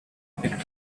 picked